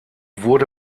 wurde